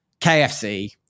KFC